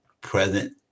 present